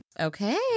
Okay